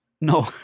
No